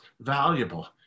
valuable